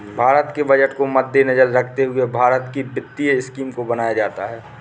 भारत के बजट को मद्देनजर रखते हुए भारत की वित्तीय स्कीम को बनाया जाता है